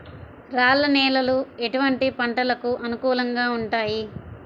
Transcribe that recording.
రాళ్ల నేలలు ఎటువంటి పంటలకు అనుకూలంగా ఉంటాయి?